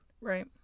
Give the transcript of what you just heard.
Right